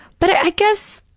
but i guess,